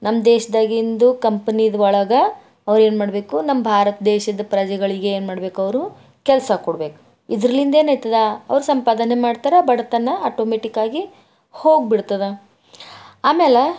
ನಮ್ಮ ದೇಶದಾಗಿಂದು ಕಂಪನಿದ್ ಒಳಗಾ ಅವ್ರು ಏನ್ಮಾಡ್ಬೇಕು ನಮ್ಮ ಭಾರತ ದೇಶದ ಪ್ರಜೆಗಳಿಗೆ ಏನ್ಮಾಡ್ಬೇಕವರು ಕೆಲಸ ಕೊಡ್ಬೇಕು ಇದರ್ಲಿಂದ ಏನಾಯ್ತದ ಅವ್ರು ಸಂಪಾದನೆ ಮಾಡ್ತರೆ ಬಡತನ ಅಟೋಮೆಟಿಕ್ಕಾಗಿ ಹೋಗ್ಬಿಡ್ತದ ಆಮೇಲೆ